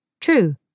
True